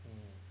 mm